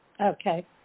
okay